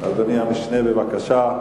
אדוני המשנה, בבקשה.